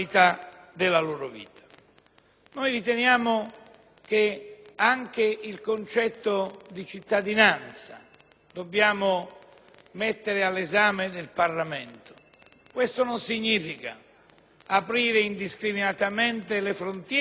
Noi riteniamo che anche il concetto di cittadinanza debba essere posto all'esame del Parlamento. Questo non significa aprire indiscriminatamente le frontiere o snaturare